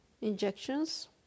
injections